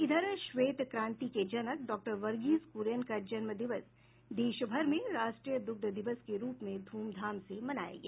इधर श्वेत क्रांति के जनक डॉक्टर वर्गीज क्रियन का जन्म दिवस देशभर में राष्ट्रीय दुग्ध दिवस के रूप में धूमधाम से मनाया गया